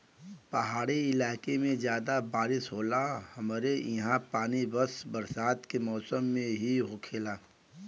पहाड़ी इलाके में जादा बारिस होला हमरे ईहा पानी बस बरसात के मौसम में ही होखेला